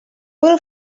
will